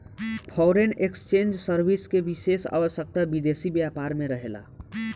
foreign exchange service के विशेष आवश्यकता विदेशी व्यापार में रहेला